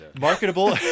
marketable